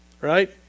right